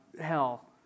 hell